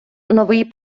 новий